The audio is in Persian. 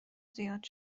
زیاد